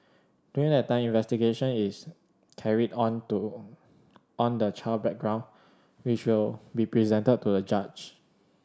during that time an investigation is carried on to on the child's background which will be presented to the judge